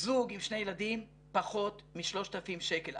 זוג עם שני ילדים, פחות מ-3,000 שקל.